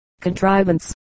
contrivance